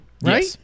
right